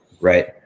right